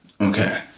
okay